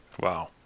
Wow